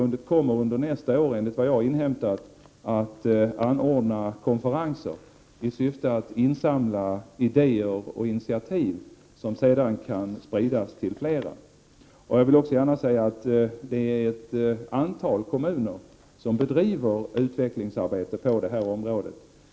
Enligt vad jag har inhämtat kommer Kommunförbundet nästa år att anordna konferenser i syfte att insamla idéer och initiativ som sedan kan spridas till fler. Jag vill också gärna framhålla att ett antal kommuner bedriver utvecklingsarbete på detta område.